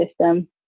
system